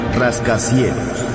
rascacielos